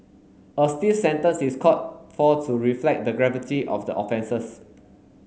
a stiff sentence is called for to reflect the gravity of the offences